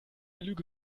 lüge